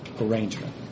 arrangement